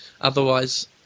otherwise